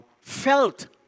felt